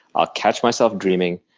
i'll catch myself dreaming,